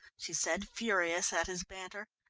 she said, furious at his banter.